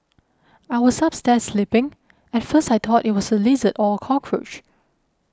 I was upstairs sleeping at first I thought it was a lizard or a cockroach